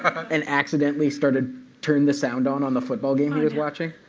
and accidentally started turning the sound on on the football game he was watching.